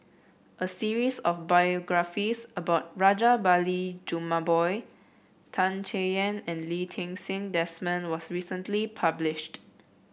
a series of biographies about Rajabali Jumabhoy Tan Chay Yan and Lee Ti Seng Desmond was recently published